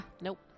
Nope